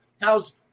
how's